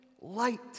light